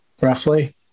roughly